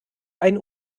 einen